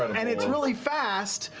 and it's really fast,